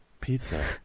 Pizza